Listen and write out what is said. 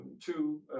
Two